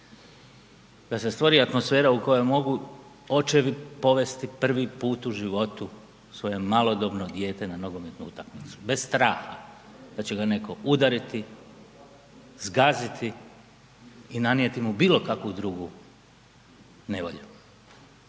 da se stvori atmosfera u kojoj mogu očevi povesti prvi put u životu svoje malodobno dijete na nogometnu utakmicu bez straha da će ga netko udariti, zgaziti i nanijeti mu bilo kakvu drugu nevolju.